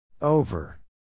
Over